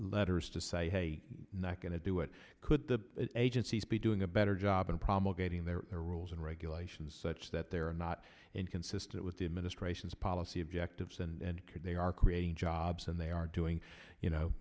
letters to say hey not going to do it could the agencies be doing a better job in promulgating there are rules and regulations such that they are not inconsistent with the administration's policy objectives and could they are creating jobs and they are doing you know